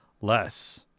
less